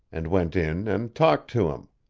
and went in and talked to him.